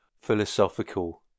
philosophical